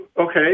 Okay